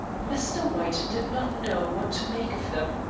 mr. white did not know what to make of them.